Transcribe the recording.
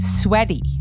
sweaty